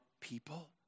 people